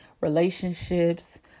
relationships